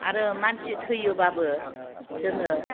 आरो मानसि थैयोबाबो जोङो